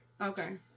Okay